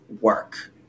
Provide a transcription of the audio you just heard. work